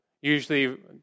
usually